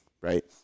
right